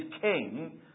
king